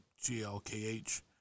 GLKH